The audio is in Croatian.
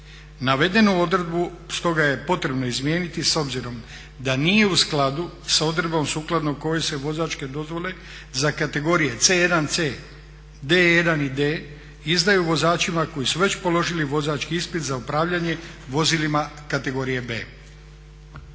Navedenu odredbu stoga je potrebno izmijeniti s obzirom da nije u skladu sa odredbom sukladno kojoj se vozačke dozvole za kategorije C1 C, D1 i D izdaju vozačima koji su već položili vozački ispit za upravljanje vozilima kategorije B.